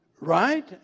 Right